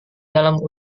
dalam